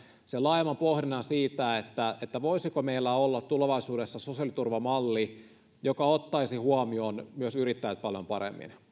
laajemman pohdinnan siitä voisiko meillä olla tulevaisuudessa sosiaaliturvamalli joka ottaisi huomioon myös yrittäjät paljon paremmin